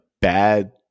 bad